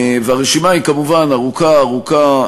והרשימה היא כמובן ארוכה ארוכה,